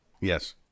Yes